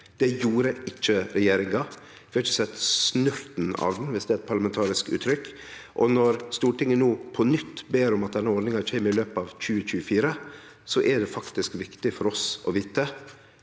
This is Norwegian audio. Det gjorde ikkje regjeringa. Vi har ikkje sett snurten av den – om det er eit parlamentarisk uttrykk. Når Stortinget no på nytt ber om at den ordninga kjem i løpet av 2024, er det viktig for oss å vite